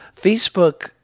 Facebook